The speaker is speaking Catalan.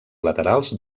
laterals